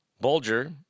Bulger